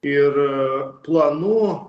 ir planų